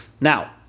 Now